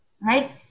right